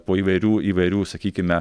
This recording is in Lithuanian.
po įvairių įvairių sakykime